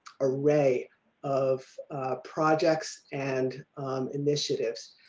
array of projects and initiatives.